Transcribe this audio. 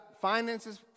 finances